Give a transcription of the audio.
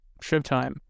Showtime